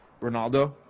Ronaldo